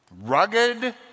Rugged